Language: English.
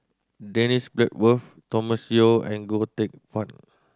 Dennis Bloodworth Thomas Yeo and Goh Teck Phuan